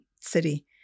city